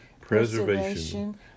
preservation